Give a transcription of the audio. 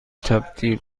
تبدیل